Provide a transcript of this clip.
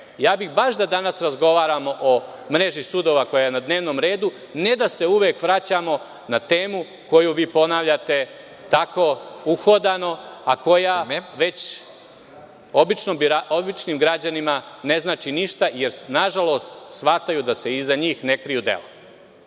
Ja bih baš da danas razgovaramo o mreži sudova koja je na dnevnom redu, ne da se uvek vraćamo na temu koju vi ponavljate tako uhodano, a koja već običnim građanima ne znači ništa, jer nažalost shvataju da se iza njih ne kriju dela.